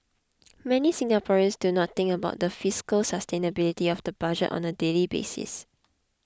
many Singaporeans do not think about the fiscal sustainability of the budget on a daily basis